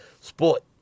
sport